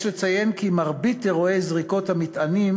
יש לציין כי מרבית אירועי זריקות המטענים